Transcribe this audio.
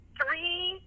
three